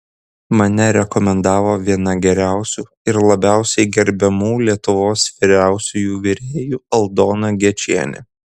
mane rekomendavo viena geriausių ir labiausiai gerbiamų lietuvos vyriausiųjų virėjų aldona gečienė